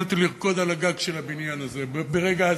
אותי לרקוד על הגג של הבניין הזה ברגע הזה,